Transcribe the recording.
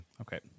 Okay